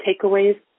takeaways